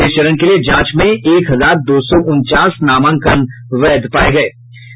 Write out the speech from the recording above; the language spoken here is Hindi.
इस चरण के लिए जांच में एक हजार दो सौ उनचास नामांकन वैध पाये गये थे